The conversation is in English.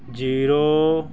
zero